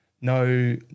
No